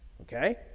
okay